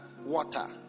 water